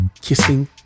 Kissing